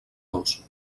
dos